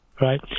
right